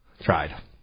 Tried